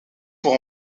pour